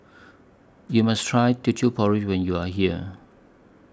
YOU must Try Teochew Porridge when YOU Are here